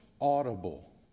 audible